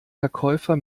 verkäufer